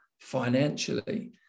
financially